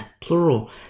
plural